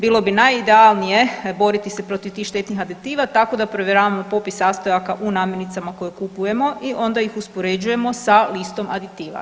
Bilo bi najidealnije boriti se protiv tih štetnih aditiva tako da provjeravamo popis sastojaka u namirnicama koje kupujemo i onda ih uspoređujemo sa listom aditiva.